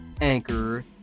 Anchor